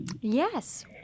Yes